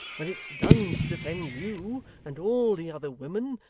when it's done to defend you and all the other women,